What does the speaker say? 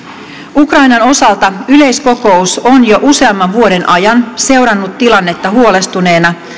ukrainan osalta yleiskokous on jo useamman vuoden ajan seurannut tilannetta huolestuneena